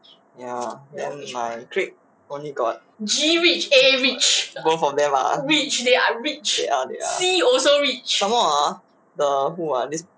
ya then my clique only got both of them are they are they are some more ah the who ah this